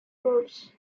groups